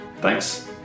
Thanks